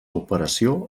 operació